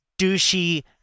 douchey